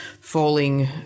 falling